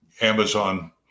Amazon